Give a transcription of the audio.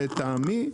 לטעמי,